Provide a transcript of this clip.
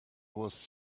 was